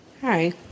Hi